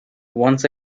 once